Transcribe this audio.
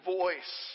voice